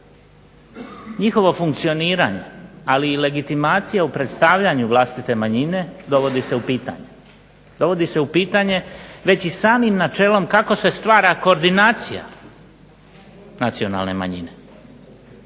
Njihovo funkcioniranje, ali i legitimacija u predstavljanju vlastite manjine dovodi se u pitanje. Dovodi se u pitanje već i samim načelom kako se stvara koordinacija nacionalne manjine.